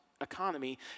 economy